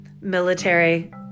military